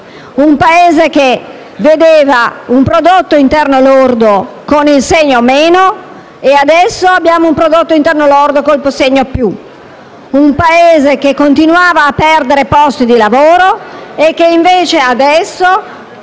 Un Paese che vedeva un prodotto interno lordo con il segno negativo e, ora, un prodotto interno lordo con il segno positivo. Un Paese che continuava a perdere posti di lavoro e che si ritrova adesso